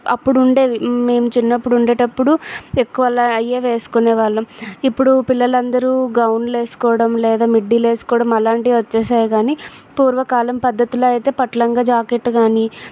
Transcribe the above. అప్పుడు ఉండేవి మేము చిన్నప్పుడు ఉండేటప్పుడు ఎక్కువ అలా అవి వేసుకునే వాళ్ళం ఇప్పుడు పిల్లలందరు గౌన్లు వేసుకోవడం లేదా మిడ్డీలు వేసుకోవడం అలాంటి వచ్చాయి కానీ పూర్వకాలం పద్ధతిలో అయితే పట్టు లంగా జాకెట్ కానీ